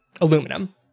aluminum